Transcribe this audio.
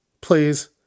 Please